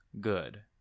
good